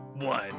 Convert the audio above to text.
one